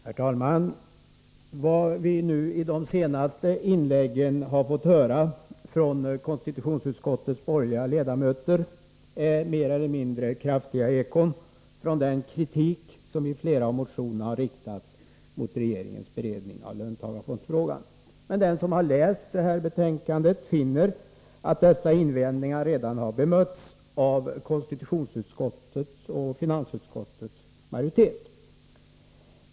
Herr talman! Vad vi i de senaste inläggen har fått höra från konstitutionsutskottets borgerliga ledamöter är mer eller mindre kraftiga ekon från den kritik som i flera av motionerna riktats mot regeringens beredning av löntagarfondsfrågan. Den som läst betänkandet finner att dessa invändningar bemötts av konstitutionsoch finansutskottens majoritet.